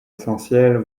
essentielles